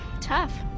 Tough